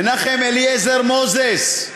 מנחם אליעזר מוזס,